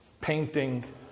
painting